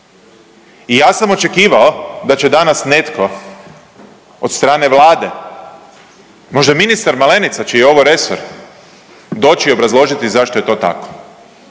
i ja sam očekivao da će danas netko od strane Vlade, možda ministar Malenica čiji je ovo resor, doći i obrazložiti zašto je to tako,